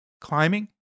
Climbing